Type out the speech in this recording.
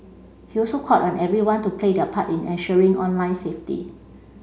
he also called on everyone to play their part in ensuring online safety